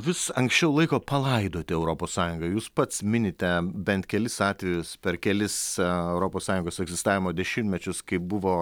vis anksčiau laiko palaidoti europos sąjungą jūs pats minite bent kelis atvejus per kelis europos sąjungos egzistavimo dešimtmečius kai buvo